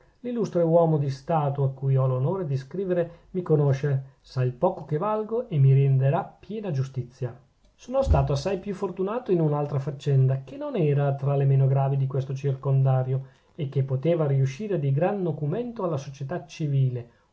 l'illustre uomo di stato a cui ho l'onore di scrivere mi conosce sa il poco che valgo e mi renderà piena giustizia sono stato assai più fortunato in un'altra faccenda che non era tra le meno gravi di questo circondario e che poteva riuscire di gran nocumento alla società civile